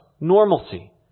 Normalcy